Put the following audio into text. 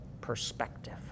perspective